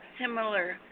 similar